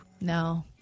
No